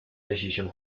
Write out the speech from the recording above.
decisión